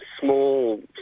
small